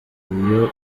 uyu